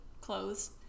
clothes